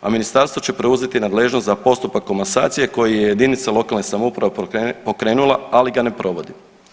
a ministarstvo će preuzeti nadležnost za postupak komasacije koji je jedinica lokalne samouprave pokrenula ali ga ne provodi.